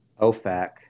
OFAC